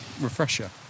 refresher